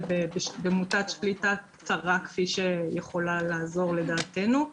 במוטת שליטה קצרה כפי שיכולה לעזור לדעתנו.